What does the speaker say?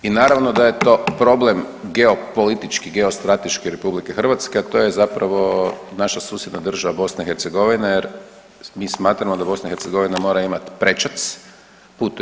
I naravno da je to problem geopolitički, geostrateški RH, a to je zapravo naša susjedna država BiH jer mi smatramo da BiH mora imati prečac, put u EU.